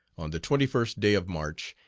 on the twenty first day of march,